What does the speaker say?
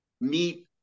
meet